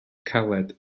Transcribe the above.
caled